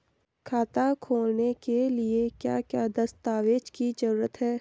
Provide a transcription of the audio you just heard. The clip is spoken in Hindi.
खाता खोलने के लिए क्या क्या दस्तावेज़ की जरूरत है?